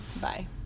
bye